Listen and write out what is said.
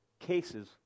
cases